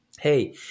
hey